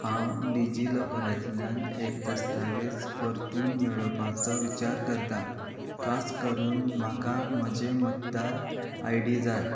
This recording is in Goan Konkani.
हांव डिजी लॉकरांतल्यान एक दस्तावेज परतून मेळोवपाचो विचार करतां खास करून म्हाका म्हजें मतदार आय डी जाय